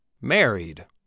Married